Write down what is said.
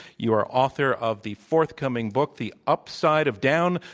you are author of the forthcoming book, the up side of down,